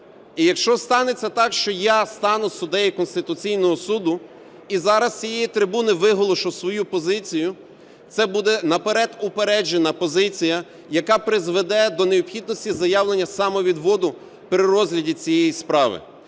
І, якщо станеться так, що я стану суддею Конституційного Суду і зараз з цієї трибуни виголошу свою позицію, це буде наперед упереджена позиція, яка призведе до необхідності заявлення самовідводу при розгляді цієї справи.